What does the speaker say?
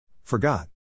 Forgot